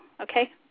okay